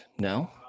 no